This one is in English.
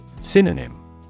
Synonym